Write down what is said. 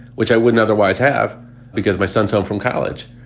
which i wouldn't otherwise have because my son's home from college.